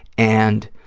and